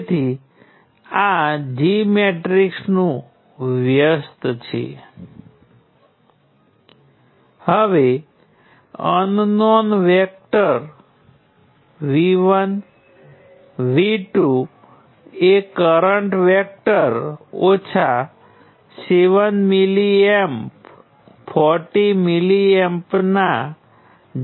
તેથી આ current G સિવાય બીજું કશું જ નથી નોડ 1 પર વોલ્ટેજ છે નોડ 2 પર વોલ્ટેજ છે નોડ 3 પર વોલ્ટેજ છે નોડ 4 પર વોલ્ટેજ છે